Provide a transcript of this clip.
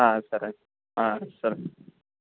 సరే సరే